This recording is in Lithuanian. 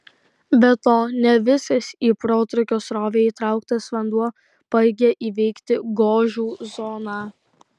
be to ne visas į protrūkio srovę įtrauktas vanduo pajėgia įveikti gožų zoną